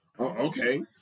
Okay